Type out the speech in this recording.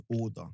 order